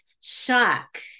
shock